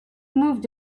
moved